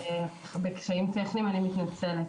אני מתנצלת.